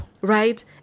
Right